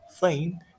fine